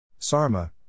Sarma